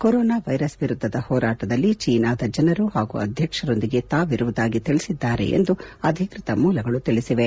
corona virus ವಿರುದ್ದದ ಹೋರಾಟದಲ್ಲಿ ಚೀನಾದ ಜನರು ಹಾಗೂ ಅಧ್ಯಕ್ಷರೊಂದಿಗೆ ತಾವು ಇರುವುದಾಗಿ ತಿಳಿಸಿದ್ದಾರೆ ಎಂದು ಅಧಿಕೃತ ಮೂಲಗಳು ತಿಳಿಸಿವೆ